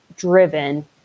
Driven